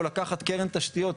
או לקחת קרן תשתיות,